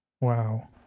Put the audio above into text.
Wow